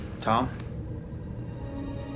Tom